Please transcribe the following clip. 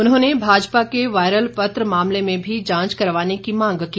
उन्होंने भाजपा के वायरल पत्र मामले में भी जांच करवाने की मांग की